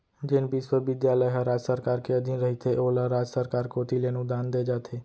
जेन बिस्वबिद्यालय ह राज सरकार के अधीन रहिथे ओला राज सरकार कोती ले अनुदान देय जाथे